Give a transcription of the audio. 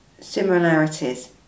similarities